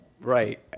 Right